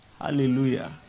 Hallelujah